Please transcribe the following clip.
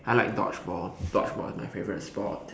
I like dodgeball dodgeball is my favorite sport